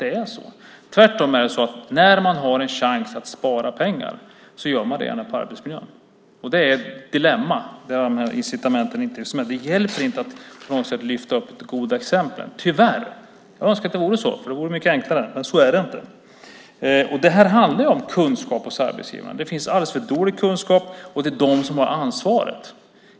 Det är tvärtom så att man, när man har en chans att spara pengar, gärna gör det på arbetsmiljön. Det är ett dilemma. Det hjälper tyvärr inte att på något sätt lyfta upp goda exempel. Jag önskar att det vore så, för det vore mycket enklare, men så är det inte. Det här handlar om kunskap hos arbetsgivarna. Det finns alldeles för dålig kunskap. Det är de som har ansvaret.